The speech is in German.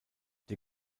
der